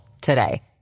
today